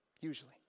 Usually